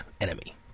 enemy